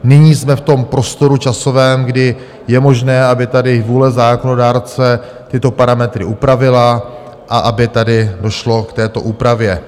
Nyní jsme v tom prostoru časovém, kdy je možné, aby tady vůle zákonodárce tyto parametry upravila a aby tedy došlo k této úpravě.